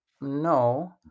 no